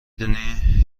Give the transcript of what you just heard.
دونی